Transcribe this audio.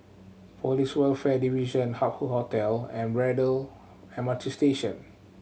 Police Welfare Division Hup Hoe Hotel and Braddell M R T Station